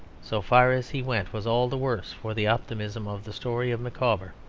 so far as he went, was all the worse for the optimism of the story of micawber